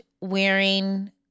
wearing